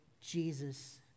Jesus